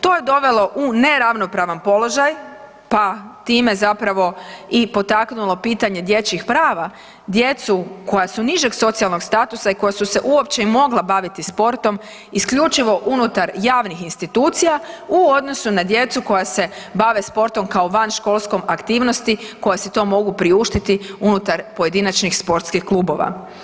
To je dovelo u neravnopravan položaj pa time zapravo i potaknulo pitanje dječjih prava, djecu koja su nižeg socijalnog statusa i koja su se uopće i mogla baviti sportom isključivo unutar javnih institucija u odnosu na djecu koja se bave sportom kao vanškolskom aktivnosti koja si to mogu priuštiti unutar pojedinačnih sportskih klubova.